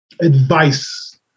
advice